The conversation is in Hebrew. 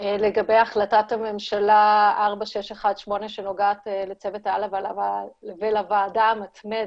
לגבי החלטת הממשלה 4618 שנוגעת לצוות העל ולוועדה מתמדת.